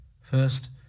First